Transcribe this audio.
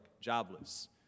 jobless